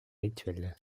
rituel